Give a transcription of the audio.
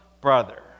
brother